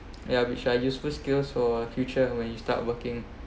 yeah which are useful skills for future when you start working